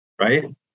right